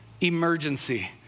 emergency